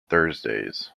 thursdays